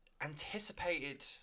anticipated